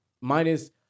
minus